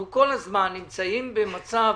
אנחנו כל הזמן נמצאים במצב